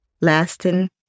lasting